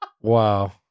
wow